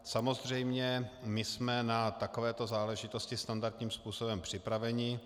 Samozřejmě, my jsme na takovéto záležitosti standardním způsobem připraveni.